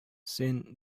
син